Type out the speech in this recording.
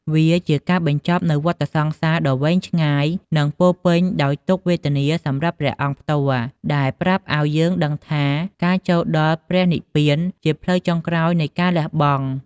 វាជាការបញ្ចប់នូវវដ្តសង្សារដ៏វែងឆ្ងាយ និងពោរពេញទៅដោយទុក្ខវេទនាសម្រាប់ព្រះអង្គផ្ទាល់ ដែលប្រាប់ឲ្យយើងដឹងថា ការចូលដល់ព្រះនិព្វានជាផ្លូវចុងក្រោយនៃការលះបង់។